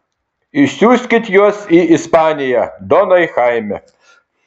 išsiųskit juos į ispaniją donai chaime